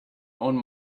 own